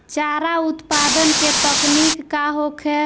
चारा उत्पादन के तकनीक का होखे?